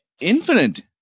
Infinite